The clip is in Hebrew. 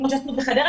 כמו שעשו בחדרה,